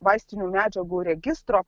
vaistinių medžiagų registro